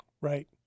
Right